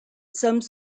some